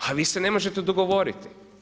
A vi se ne možete dogovoriti.